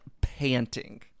panting